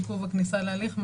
בעיכוב הכניסה להליך,